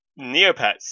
Neopets